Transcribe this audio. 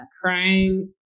crying